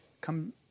come